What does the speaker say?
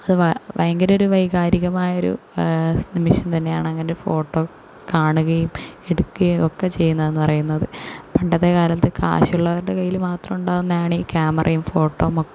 അത് ഭയങ്കര ഒരു വൈകാരികമായ ഒരു നിമിഷം തന്നെയാണ് അങ്ങനെ ഒരു ഫോട്ടോ കാണുകയും എടുക്കുകയും ഒക്കെ ചെയ്യുന്നത് എന്നു പറയുന്നത് പണ്ടത്തെ കാലത്ത് കാശ് ഉള്ളവരുടെ കൈയില് മാത്രം ഉണ്ടാകുന്നതാണീ ക്യാമറയും ഫോട്ടോ ഒക്കെ